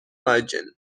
margin